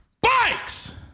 Bikes